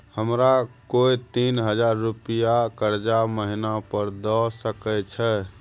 हमरा कोय तीन हजार रुपिया कर्जा महिना पर द सके छै?